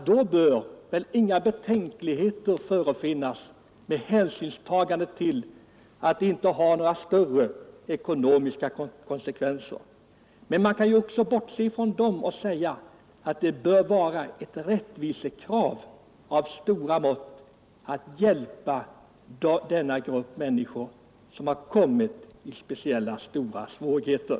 Då bör väl inga betänkligheter förefinnas med hänsyn till att det inte har några större ekonomiska konsekvenser. Men man kan också bortse från om det är få eller många och säga att det bör vara ett rättvisekrav av stora mått att hjälpa dessa människor som har kommit i speciella svårigheter.